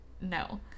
no